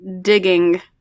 digging